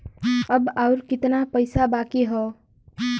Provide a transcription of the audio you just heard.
अब अउर कितना पईसा बाकी हव?